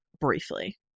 briefly